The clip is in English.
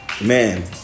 man